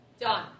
Done